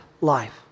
life